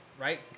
right